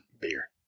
beer